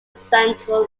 central